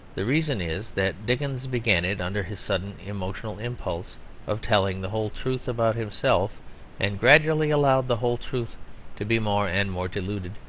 the reason is that dickens began it under his sudden emotional impulse of telling the whole truth about himself and gradually allowed the whole truth to be more and more diluted,